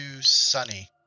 Sunny